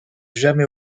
jamais